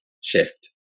shift